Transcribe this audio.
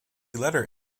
letter